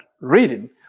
reading